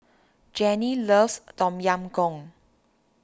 Jannie loves Tom Yam Goong